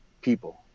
people